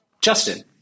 Justin